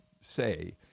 say